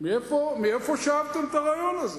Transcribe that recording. מאיפה שאבתם את הרעיון הזה?